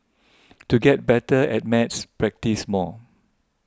to get better at maths practise more